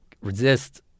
resist